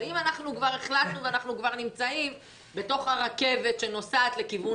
אבל אם כבר החלטנו ואנחנו כבר נמצאים בתוך הרכבת שנוסעת לכיוון